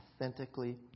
authentically